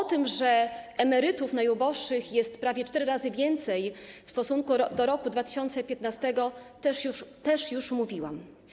O tym, że emerytów najuboższych jest prawie 4 razy więcej w stosunku do roku 2015, też już mówiłam.